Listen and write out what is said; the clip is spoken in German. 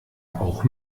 auch